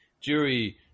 Jury